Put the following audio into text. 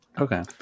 Okay